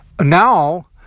now